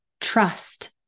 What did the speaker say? trust